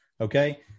okay